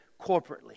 corporately